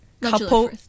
couple